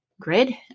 grid